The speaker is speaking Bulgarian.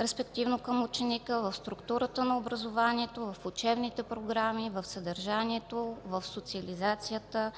респективно към ученика, в структурата на образованието, в учебните програми, в съдържанието, в социализацията,